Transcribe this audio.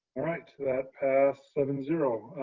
right, that passed seven zero.